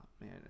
Man